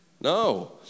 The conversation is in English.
No